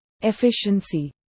efficiency